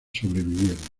sobrevivieron